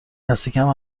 دستکم